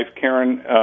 Karen